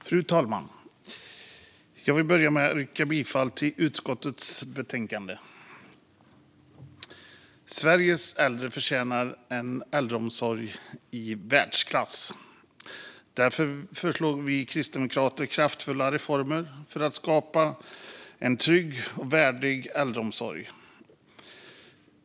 Fru talman! Jag vill börja med att yrka bifall till förslagen i utskottets betänkande. Sveriges äldre förtjänar en äldreomsorg i världsklass. Därför föreslår vi kristdemokrater kraftfulla reformer för att skapa en trygg och värdig äldreomsorg.